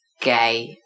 gay